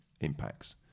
impacts